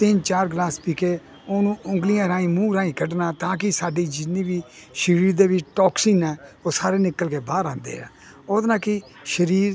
ਤਿੰਨ ਚਾਰ ਗਲਾਸ ਪੀਕੇ ਉਹਨੂੰ ਉਗਲੀਆਂ ਰਾਹੀਂ ਮੂੰਹ ਰਾਹੀਂ ਕੱਢਣਾ ਤਾਂ ਕਿ ਸਾਡੀ ਜਿੰਨੀ ਵੀ ਸਰੀਰ ਦੇ ਵਿੱਚ ਟੋਕਸੀਨ ਉਹ ਸਾਰੇ ਨਿਕਲ ਕੇ ਬਾਹਰ ਆਉਂਦੇ ਆ ਉਹਦੇ ਨਾਲ ਕੀ ਸਰੀਰ